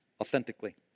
authentically